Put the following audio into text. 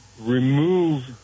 remove